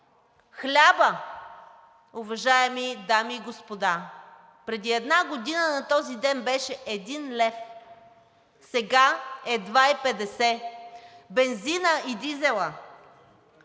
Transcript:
Хлябът, уважаеми дами и господа, преди една година на този ден беше 1 лв., а сега е 2,50 лв. Бензинът и дизелът